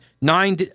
nine